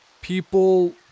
people